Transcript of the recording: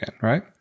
right